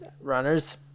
runners